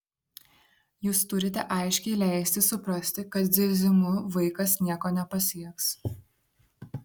jūs turite aiškiai leisti suprasti kad zirzimu vaikas nieko nepasieks